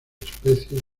especies